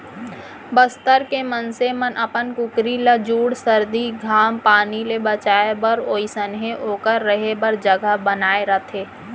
बस्तर के मनसे मन अपन कुकरी ल जूड़ सरदी, घाम पानी ले बचाए बर ओइसनहे ओकर रहें बर जघा बनाए रथें